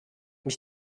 mich